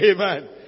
amen